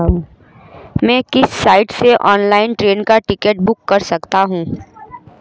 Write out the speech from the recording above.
मैं किस साइट से ऑनलाइन ट्रेन का टिकट बुक कर सकता हूँ?